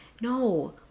No